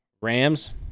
Rams